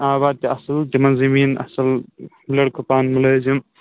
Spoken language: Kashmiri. آباد تہِ اَصٕل تِمن زٔمیٖن اَصٕل لٔڑکہٕ پانہٕ ملٲزِم